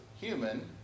human